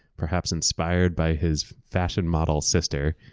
perhaps, inspired by his fashion model sister,